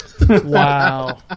Wow